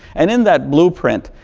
and in that blueprint,